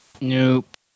Nope